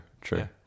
true